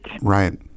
Right